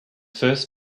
first